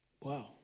wow